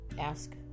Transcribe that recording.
ask